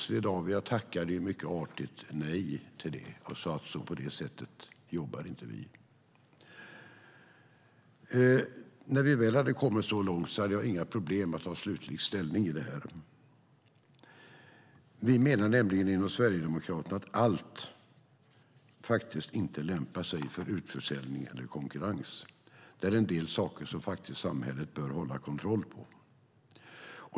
Swedavia tackade mycket artigt nej till det och sade: På det sättet jobbar inte vi. När vi väl hade kommit så långt hade jag inga problem att ta slutlig ställning i det här. Vi menar nämligen inom Sverigedemokraterna att allt faktiskt inte lämpar sig för utförsäljning eller konkurrens. Det finns en del saker samhället faktiskt bör ha kontroll på.